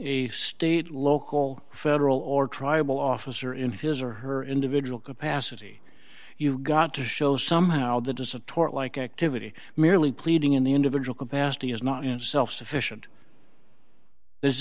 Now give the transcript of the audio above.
a state local federal or tribal officer in his or her individual capacity you've got to show somehow the disappoint like activity merely pleading in the individual capacity is not in itself sufficient th